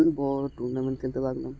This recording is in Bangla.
বড় বড় টুর্নামেন্ট খেলতে লাগলাম